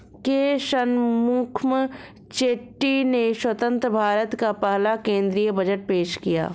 के शनमुखम चेट्टी ने स्वतंत्र भारत का पहला केंद्रीय बजट पेश किया